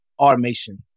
automation